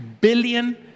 billion